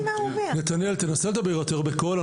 נסה לדבר יותר בקול,